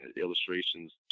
illustrations